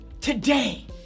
today